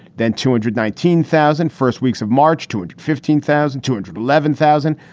then two hundred nineteen thousand first weeks of march to and fifteen thousand two hundred eleven thousand.